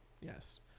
Yes